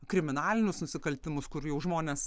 kriminalinius nusikaltimus kur jau žmonės